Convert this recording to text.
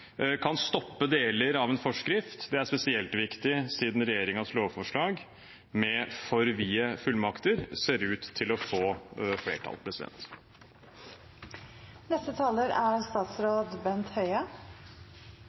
kan stoppe deler av en forskrift. Det er spesielt viktig siden regjeringens lovforslag med for vide fullmakter ser ut til å få flertall.